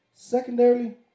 Secondarily